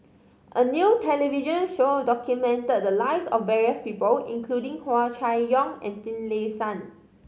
a new television show documented the lives of various people including Hua Chai Yong and Finlayson